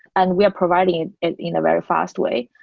and we are providing it in a very fast way.